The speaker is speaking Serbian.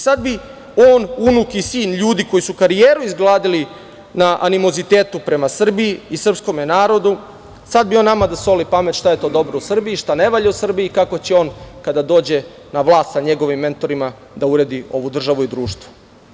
Sada bi on, unuk i sin ljudi koji su karijeru igzradili na animozitetu prema Srbiji i srpskom narodu, sada bi on nama da soli pamet šta je dobro u Srbiji, šta ne valja u Srbiji, kako će on kada dođe na vlast sa njegovim mentorima da uredi ovu državu i društvo.